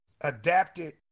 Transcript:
adapted